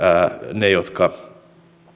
ne jotka